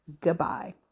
Goodbye